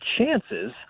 chances